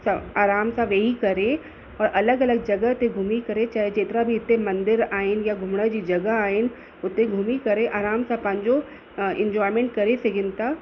स आराम सां वेही करे व अलॻि अलॻि जॻह ते घुमी करे चाहे जेतिरा बि हिते मंदर आहिनि या घुमण जी जॻह आहिनि हुते घुमी करे आराम सां पंहिंजो इंजॉएमेंट करे सघनि था